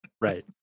Right